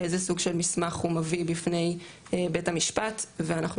איזה סוג של מסמך הוא מביא בפני בית המשפט ואנחנו